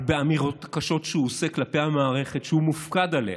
אבל באמירות הקשות שהוא עושה כלפי המערכת שהוא מופקד עליה,